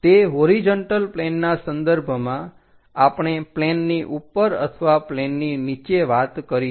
તે હોરીજન્ટલ પ્લેનના સંદર્ભમાં આપણે પ્લેનની ઉપર અથવા પ્લેનની નીચે વાત કરીશું